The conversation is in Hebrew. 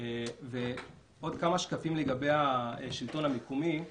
עוד כמה שקפים לגבי השלטון המקומי,